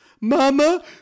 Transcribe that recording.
Mama